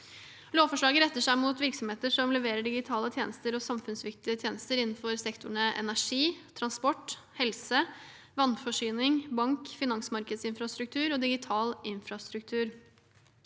Lovforslaget retter seg mot virksomheter som leverer digitale tjenester og samfunnsviktige tjenester innenfor sektorene energi, transport, helse, vannforsyning, bank, finansmarkedsinfrastruktur og digital infrastruktur.